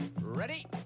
Ready